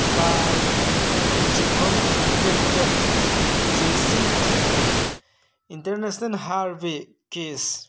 ꯕꯥꯜ McCormick tractor J C B tractor international ꯍꯥꯔꯕꯤ case